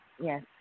yes